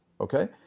Okay